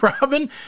Robin –